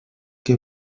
que